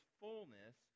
fullness